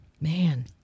Man